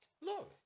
No